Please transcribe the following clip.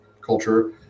culture